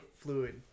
fluid